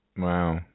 Wow